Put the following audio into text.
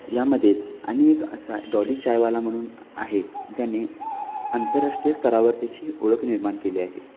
यामध्येच आणि एक असा डॉली चायवाला म्हणून आहे ज्याने आंतरराष्ट्रीय स्तरावर त्याची ओळख निर्माण केली आहे